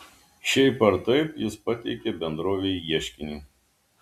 šiaip ar taip jis pateikė bendrovei ieškinį